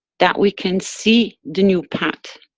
that we can see the new path,